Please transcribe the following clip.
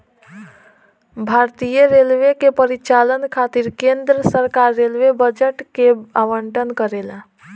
भारतीय रेलवे के परिचालन खातिर केंद्र सरकार रेलवे बजट के आवंटन करेला